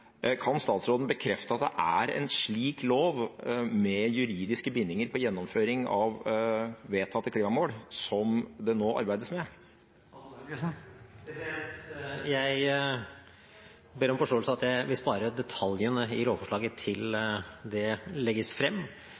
Kan statsråden bekrefte at det er en slik lov med juridiske bindinger for gjennomføring av vedtatte klimamål som det nå arbeides med? Jeg ber om forståelse for at jeg vil spare detaljene i lovforslaget til det legges frem.